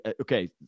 Okay